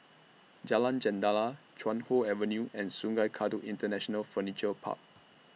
Jalan Jendela Chuan Hoe Avenue and Sungei Kadut International Furniture Park